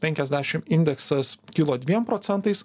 penkiasdešim indeksas kilo dviem procentais